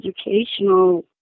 educational